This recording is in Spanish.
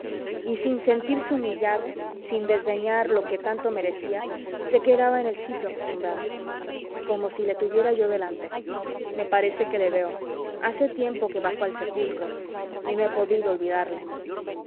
y sin sentirse humillado sin desdeñar lo que tanto merecía se quedaba en el sitio acostumbrado cómo si le tuviera yo delante me parece que le veo hace tiempo que bajó al sepulcro y no he podido olvidarle